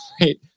right